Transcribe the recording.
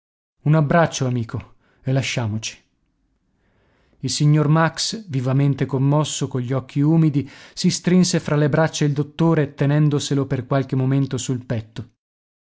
un abbraccio amico e lasciamoci il signor max vivamente commosso cogli occhi umidi si strinse fra le braccia il dottore tenendoselo per qualche momento sul petto